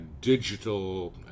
digital